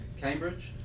Cambridge